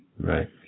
Right